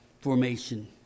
formation